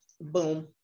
Boom